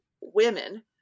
women